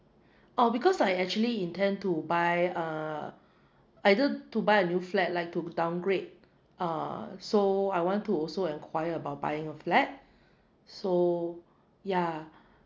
oh because I actually intend to buy a either to buy a new flat like to downgrade err so I want to also enquire about buying a flat so yeah